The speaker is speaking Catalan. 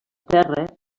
terra